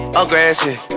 aggressive